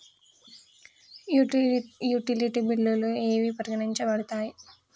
Utility బిల్లులు ఏవి పరిగణించబడతాయి?